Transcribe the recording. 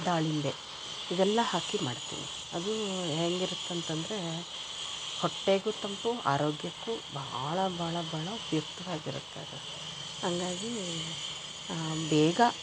ದಾಳಿಂಬೆ ಇವೆಲ್ಲ ಹಾಕಿ ಮಾಡ್ತೀನಿ ಅದು ಹೇಗಿರತ್ತಂತಂದ್ರೆ ಹೊಟ್ಟೆಗೂ ತಂಪು ಆರೋಗ್ಯಕ್ಕೂ ಭಾಳ ಭಾಳ ಭಾಳ ಉಪ್ಯುಕ್ತವಾಗಿರತ್ತೆ ಅದು ಹಂಗಾಗಿ ಬೇಗ